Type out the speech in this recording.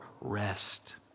rest